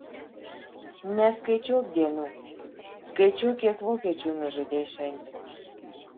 neskaičiuok dienų skaičiuok kiek vokiečių nužudei šiandien